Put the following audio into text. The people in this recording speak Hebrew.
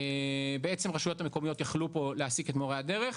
בעצם הרשויות המקומיות יכלו פה להעסיק את מורי הדרך.